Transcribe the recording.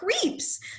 creeps